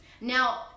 Now